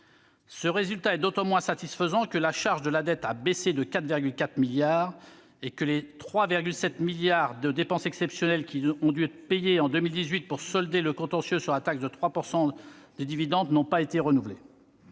Ce résultat est d'autant moins satisfaisant que la charge de la dette a baissé de 4,4 milliards d'euros et que les 3,7 milliards d'euros de dépenses exceptionnelles ayant dû être payés en 2018 pour solder le contentieux sur la taxe à 3 % sur les dividendes n'ont pas été renouvelés.